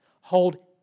Hold